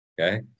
Okay